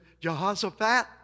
Jehoshaphat